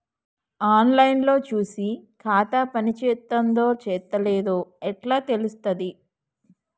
On line లో చూసి ఖాతా పనిచేత్తందో చేత్తలేదో ఎట్లా తెలుత్తది?